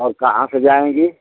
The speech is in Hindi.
और कहाँ से जाएँगी